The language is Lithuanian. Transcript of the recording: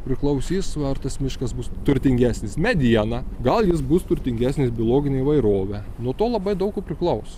priklausys ar tas miškas bus turtingesnis mediena gal jis bus turtingesnis biologine įvairove nuo to labai daug ko priklauso